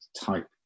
type